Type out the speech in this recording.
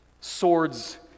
swords